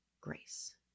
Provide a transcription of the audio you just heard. Grace